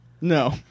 No